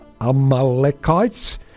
Amalekites